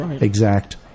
exact